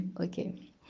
okay